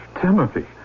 Timothy